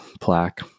plaque